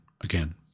again